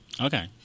Okay